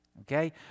Okay